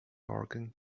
organ